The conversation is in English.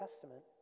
Testament